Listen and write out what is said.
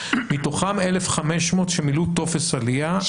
מתוכם 1,500 שמילאו טופס עלייה והם רופאים.